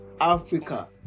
africa